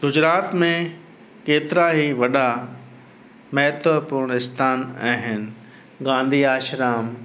गुजरात में केतिरा ई वॾा महत्वपूर्ण स्थान आहिनि गांधी आश्रम